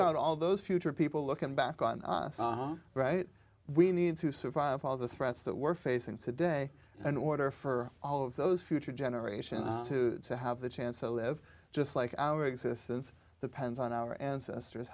about all those future people looking back on us right we need to survive all the threats that we're facing today and order for all of those future generations to to have the chance to live just like our existence depends on our ancestors